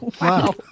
Wow